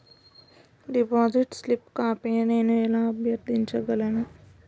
Deposit slip కాపీని నేను ఎలా అభ్యర్థించగలను?